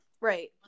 Right